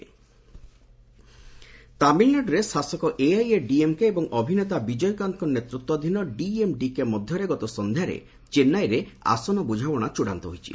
TN election ତାମିଲ୍ନାଡୁରେ ଶାସକ AIADMK ଏବଂ ଅଭିନେତା ବିଜୟକାନ୍ତଙ୍କ ନେତୃତ୍ୱାଧୀନ ଡିଏମ୍ଡିକେ ମଧ୍ୟରେ ଗତ ସନ୍ଧ୍ୟାରେ ଚେନ୍ନାଇରେ ଆସନ ବୁଝାମଣା ଚୂନାନ୍ତ ହୋଇଛି